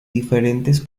diferentes